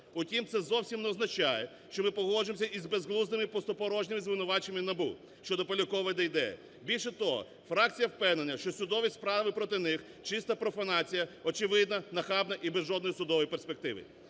Втім, це зовсім не означає, що ми погоджуємось із безглуздими, просто порожніми звинуваченнями НАБУ щодо Полякова і Дейдея. Більше того, фракція впевнена, що судові справи проти них – чиста профанація, очевидна, нахабна і без жодної судової перспективи.